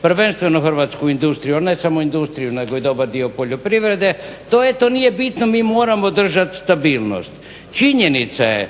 upropastio hrvatsku industriju ali ne samo industriju nego i dobar dio poljoprivrede, to eto nije bitno. Mi moramo držati stabilnost. Činjenica je